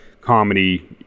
comedy